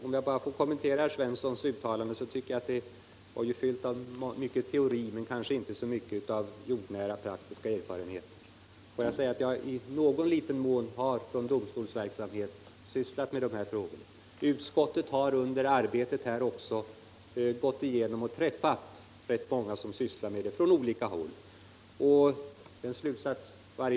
Om jag får kommentera herr Svenssons uttalande vill jag säga att det var fyllt av teori men inte hade särskilt mycket av jordnära praktisk erfarenhet. Jag har i någon liten mån i min domstolsverksamhet sysslat med sådana här frågor. Utskottet har under arbetet också gått igenom dessa och träffat rätt många människor från olika håll som sysslar med sådana frågor.